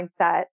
mindset